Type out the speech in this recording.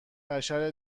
بشر